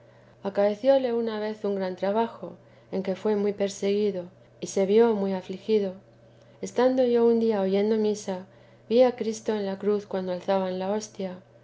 acaecióle una vez un gran trabajo en que fué muy perseguido y se vio muy afligido estando yo un día oyendo misa vi a cristo en la cruz cuando alzaban la hostia